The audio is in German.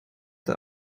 der